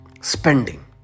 spending